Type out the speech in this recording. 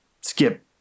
Skip